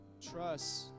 trust